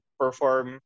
perform